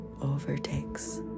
overtakes